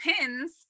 pins